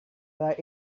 para